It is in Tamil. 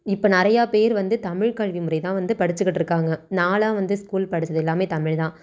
இப்போ நிறையா பேர் வந்து தமிழ் கல்வி முறைதான் வந்து படிச்சுக்கிட்டு இருக்காங்க நானெலாம் வந்து ஸ்கூல் படித்தது எல்லாமே தமிழ்தான்